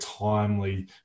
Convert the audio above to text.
timely